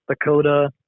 Dakota